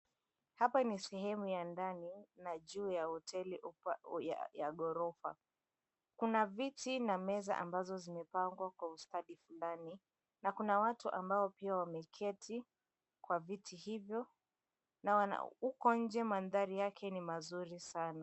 Hapa ni sehemu ya ndani na juu ya hoteli ya ghorofa. Kuna viti na meza ambazo zimepangwa kwa ustadi ndani na kuna watu ambao pia wameketi kwa viti hivyo na huko nje mandhari yake ni mazuri sana.